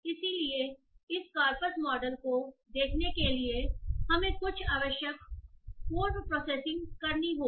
इसलिए इस corpus model को देखने के लिए हमें कुछ आवश्यक पूर्व प्रोसेसिंग करनी होगी